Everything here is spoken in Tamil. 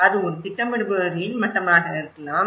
அது ஒரு திட்டமிடுபவர்களின் மட்டமாக இருக்கலாம்